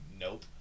nope